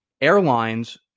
airlines